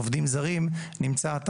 עם עובדים זרים נמצא גם